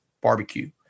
barbecue